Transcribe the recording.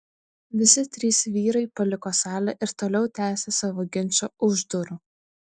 visi trys vyrai paliko salę ir toliau tęsė savo ginčą už durų